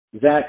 Zach